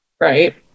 Right